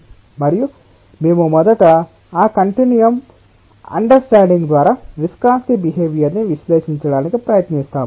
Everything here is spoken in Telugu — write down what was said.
మరియు మేము మొదట ఆ కంటిన్యూయం అండర్స్టాండింగ్ ద్వారా విస్కాసిటి బిహేవియర్ ని విశ్లేషించడానికి ప్రయత్నిస్తాము